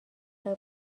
باش